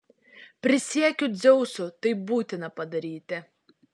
prisiekiu dzeusu tai būtina padaryti